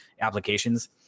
applications